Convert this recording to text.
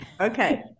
Okay